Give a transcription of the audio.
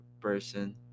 person